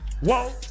whoa